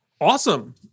Awesome